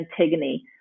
Antigone